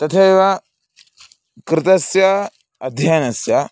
तथैव कृतस्य अध्ययनस्य